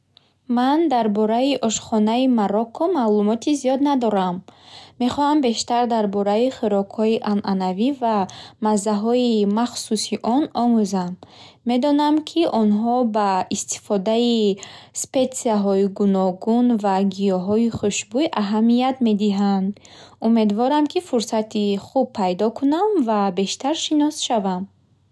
Ман дар бораи ошхонаи Марокко маълумоти зиёд надорам. Мехоҳам бештар дар бораи хӯрокҳои анъанавӣ ва маззаҳои махсуси он омӯзам. Медонам, ки онҳо ба истифодаи специяҳои гуногун ва гиёҳҳои хушбӯй аҳамият медиҳанд. Умедворам, ки фурсати хуб пайдо кунам ва бештар шинос шавам.